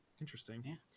interesting